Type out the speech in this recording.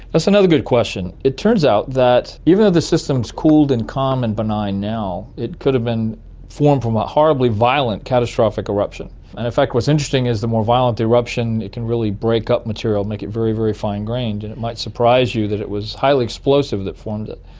that's another good question. it turns out that even if the system is cooled and calm and benign now, it could've been formed from a horribly violent catastrophic eruption and in fact what's interesting is the more violent the eruption, it can really break up material, make it very, very fine grained, and it might surprise you that it was highly explosive that formed it.